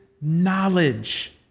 knowledge